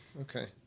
Okay